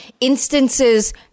instances